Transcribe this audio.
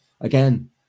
again